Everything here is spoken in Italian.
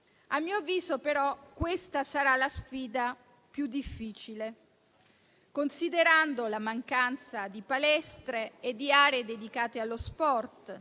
A mio avviso, però, questa sarà la sfida più difficile, considerando la mancanza di palestre e di aree dedicate allo sport